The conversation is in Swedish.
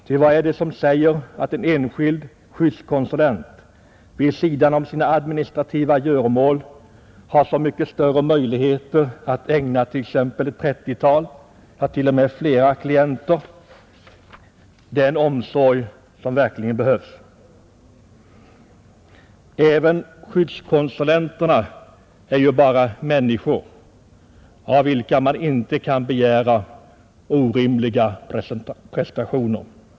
Ty vad är det som säger att en enskild skyddskonsulent vid sidan om sina administrativa göromål har så mycket större möjligheter att ägna t.ex. ett 30-tal eller t.o.m. flera klienter den omsorg som verkligen behövs? Även skyddskonsulenterna är ju bara människor, av vilka man inte kan begära orimliga prestationer.